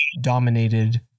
dominated